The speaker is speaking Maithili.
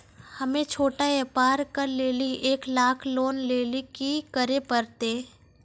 हम्मय छोटा व्यापार करे लेली एक लाख लोन लेली की करे परतै?